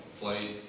flight